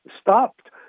stopped